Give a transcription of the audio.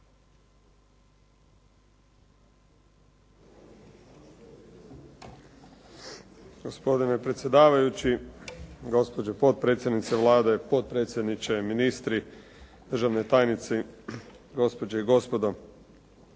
Gospodine predsjedavajući, gospođo potpredsjednice Vlade, potpredsjedniče, ministri, državni tajnici, gospođe i gospodo.